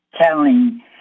telling